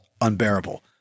unbearable